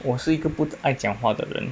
我是一个不爱讲话的人